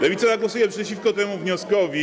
Lewica zagłosuje przeciwko temu wnioskowi, ale.